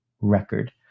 record